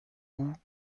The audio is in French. goûts